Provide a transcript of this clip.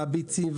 הביצים,